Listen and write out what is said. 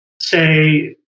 say